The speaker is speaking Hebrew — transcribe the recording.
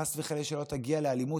חס וחלילה שלא תגיע לאלימות,